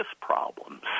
problems